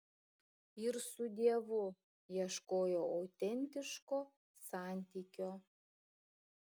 ir su dievu ieškojo autentiško santykio